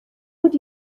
would